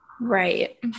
Right